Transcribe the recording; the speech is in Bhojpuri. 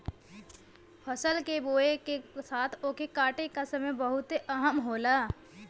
फसल के बोए के साथ ओके काटे का समय बहुते अहम होला